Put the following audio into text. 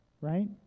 right